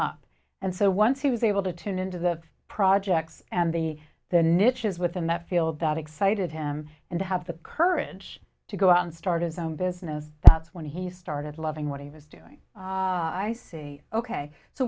up and so once he was able to tune into the projects and the the niches within that field that excited him and to have the courage to go out and start as own business that's when he started loving what he was doing i see ok so